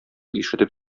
ишетеп